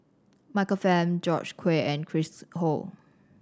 Michael Fam George Quek and Chris Ho